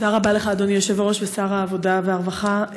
תודה רבה לך, אדוני היושב-ראש ושר העבודה והרווחה.